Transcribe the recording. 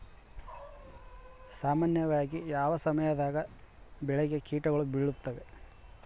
ಸಾಮಾನ್ಯವಾಗಿ ಯಾವ ಸಮಯದಾಗ ಬೆಳೆಗೆ ಕೇಟಗಳು ಬೇಳುತ್ತವೆ?